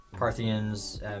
Parthians